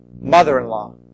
mother-in-law